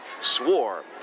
swore